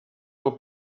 del